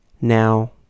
Now